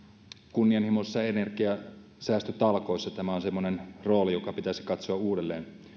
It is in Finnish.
kunnianhimoisissa energiansäästötalkoissa tämä on semmoinen rooli joka pitäisi katsoa uudelleen